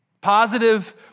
positive